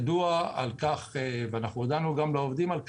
ידוע על כך ואנחנו הודענו גם לעובדים על כך.